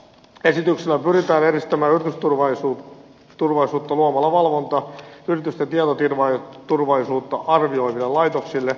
esityksellä pyritään edistämään yritysturvallisuutta luomalla valvonta yritysten tietoturvallisuutta arvioiville laitoksille